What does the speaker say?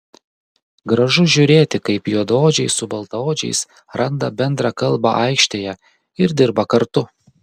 gražu žiūrėti kaip juodaodžiai su baltaodžiais randa bendrą kalbą aikštėje ir dirba kartu